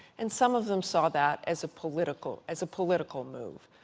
and some of them saw that as a political as a political move.